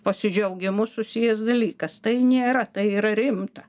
pasidžiaugimu susijęs dalykas tai nėra tai yra rimta